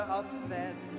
offend